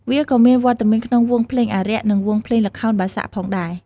វាក៏មានវត្តមានក្នុងវង់ភ្លេងអារក្ស និងវង់ភ្លេងល្ខោនបាសាក់ផងដែរ។